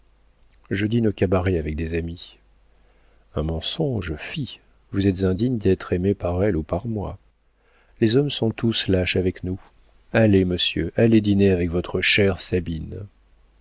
je dîne au cabaret avec des amis un mensonge fi vous êtes indigne d'être aimé par elle ou par moi les hommes sont tous lâches avec nous allez monsieur allez dîner avec votre chère sabine